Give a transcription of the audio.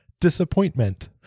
disappointment